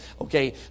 Okay